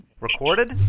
Recorded